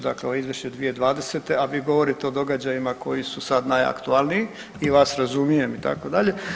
Dakle, ovo je izvješće 2020. a vi govorite o događajima koji su sad najaktualniji i vas razumijem itd.